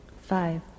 Five